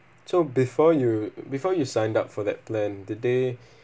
so before you before you sign up for that plan did they